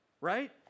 right